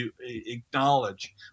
acknowledge